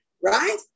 Right